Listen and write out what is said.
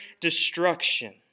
destruction